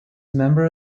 member